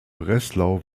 breslau